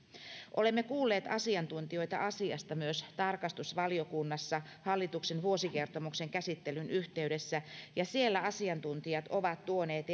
olemme kuulleet asiantuntijoita asiasta myös tarkastusvaliokunnassa hallituksen vuosikertomuksen käsittelyn yhteydessä ja siellä asiantuntijat ovat tuoneet